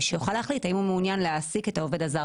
שיוכל להחליט האם הוא מעוניין להעסיק את העובד הזר